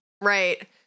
Right